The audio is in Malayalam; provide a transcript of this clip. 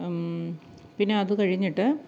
പിന്നെ അത് കഴിഞ്ഞിട്ട്